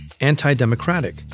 anti-democratic